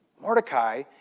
Mordecai